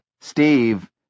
Steve